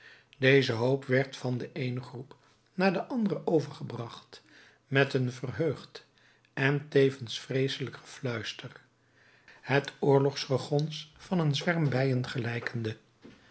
deze hoop werd van de eene groep naar de andere overgebracht met een verheugd en tevens vreeselijk gefluister het oorlogsgegons van een zwerm bijen gelijkende